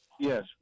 Yes